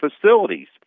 facilities